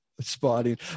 spotting